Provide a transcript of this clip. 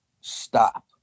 stop